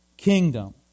kingdom